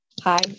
Hi